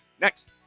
Next